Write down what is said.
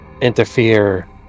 interfere